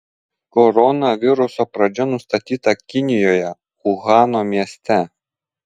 koronaviruso pradžia nustatyta kinijoje uhano mieste